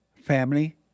family